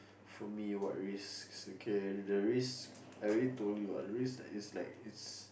for me what risks okay the risk I already told you what the risk that is like is